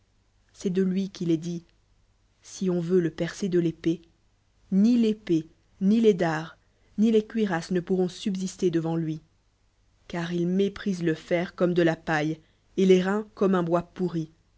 c'est de lui qu'il est dit si on veut le percer de l'épée ni l'épée rti les dards ni les cui rasses ne pourr o et subsister devant lui car il n éprise le fer contrae de lapaille et l'airain conrnre un bois pourri